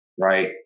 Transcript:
right